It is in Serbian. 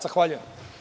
Zahvaljujem.